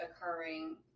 occurring